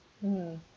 mm